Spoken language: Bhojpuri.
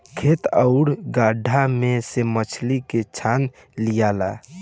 खेत आउरू गड़हा में से मछली के छान लियाला